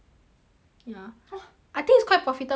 you know I think is quite profitable leh cause like